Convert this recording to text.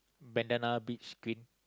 bandanna beach clip